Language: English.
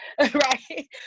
right